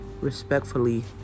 respectfully